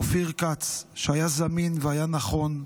אופיר כץ, שהיה זמין והיה נכון,